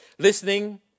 Listening